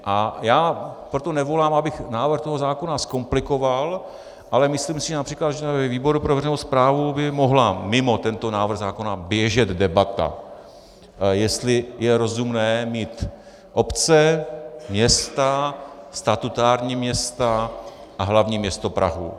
A já proto nevolám, abych návrh toho zákona zkomplikoval, ale myslím si například, že ve výboru pro veřejnou správu by mohla mimo tento návrh zákona běžet debata, jestli je rozumné mít obce, města, statutární města a hlavní město Prahu.